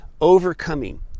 Overcoming